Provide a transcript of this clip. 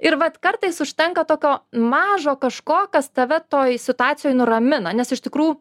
ir vat kartais užtenka tokio mažo kažko kas tave toj situacijoj nuramina nes iš tikrųjų